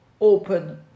open